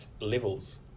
levels